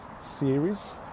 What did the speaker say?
series